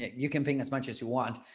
you can ping as much as you want.